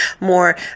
more